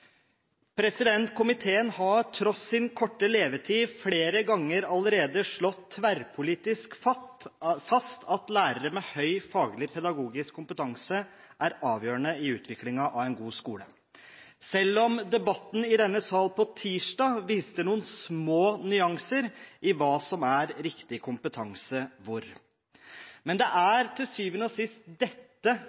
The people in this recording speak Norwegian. på.» Komiteen har, tross sin korte levetid, flere ganger allerede tverrpolitisk slått fast at lærere med høy faglig, pedagogisk kompetanse er avgjørende i utviklingen av en god skole, selv om debatten i denne sal tirsdag viste noen små nyanser av hva som er riktig kompetanse, hvor. Det dette representantforslaget til syvende og sist